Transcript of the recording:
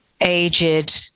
aged